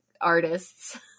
artists